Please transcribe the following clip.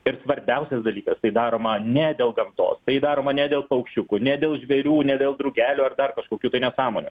ir svarbiausias dalykas tai daroma ne dėl gamtos tai daroma ne dėl paukščiukų ne dėl žvėrių ne dėl drugelių ar dar kažkokių tai nesąmonių